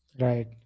Right